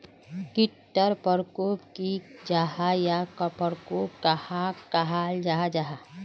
कीट टर परकोप की जाहा या परकोप कहाक कहाल जाहा जाहा?